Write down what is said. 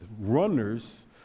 runners